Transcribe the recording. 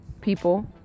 people